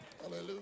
Hallelujah